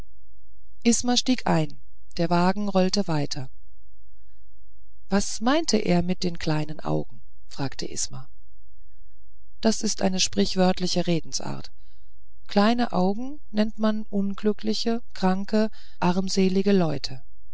isma stieg ein der wagen rollte weiter was meinte er mit den kleinen augen fragte isma das ist eine sprichwörtliche redensart kleine augen nennt man unglückliche kranke armselige leute